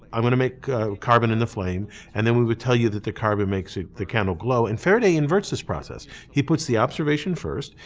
i'm going to make carbon in the flame and then we will tell you that the carbon makes the candle glow and faraday inverts this process. he puts the observation first.